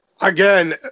Again